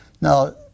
Now